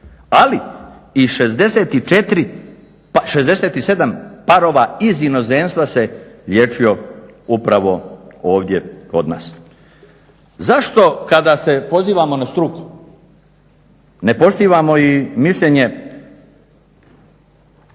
Ali i 64, 67 parova iz inozemstva se liječio upravo ovdje kod nas. Zašto kada se pozivamo na struku ne poštivamo i mišljenje